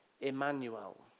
Emmanuel